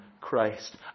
Christ